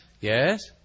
Yes